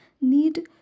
need